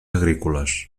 agrícoles